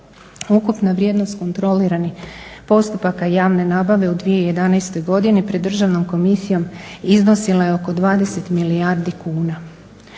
Ukupna vrijednost kontroliranih postupaka javne nabave u 2011. godini pred državnom komisijom iznosila je oko 20 milijardi kuna.